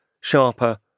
sharper